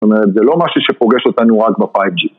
זאת אומרת, זה לא משהי שפוגש אותנו רק ב5G